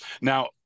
Now